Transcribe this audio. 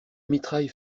mitraille